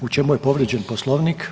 U čemu je povrijeđen Poslovnik?